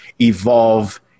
evolve